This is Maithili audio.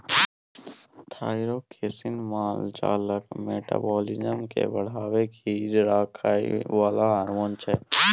थाइरोक्सिन माल जालक मेटाबॉलिज्म केँ बढ़ा कए राखय बला हार्मोन छै